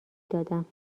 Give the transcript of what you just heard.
دادم